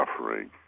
suffering